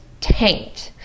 tanked